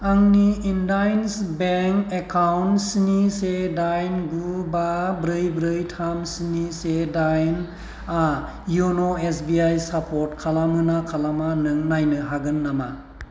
आंनि IndusInd bank account स्नि से दाइन गु बा ब्रै ब्रै थाम स्नि से दाइनआ यन' एस बि आइ सापर्ट खालामो ना खालामा नों नायनो हागोन नामा